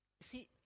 see